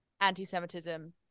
anti-Semitism